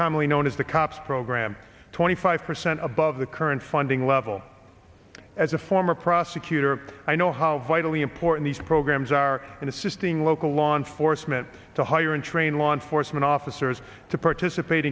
commonly known as the cops program twenty five percent above the current funding level as a former prosecutor i know how vitally important these programs are in assisting local law enforcement to hire and train law enforcement officers to participate